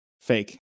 fake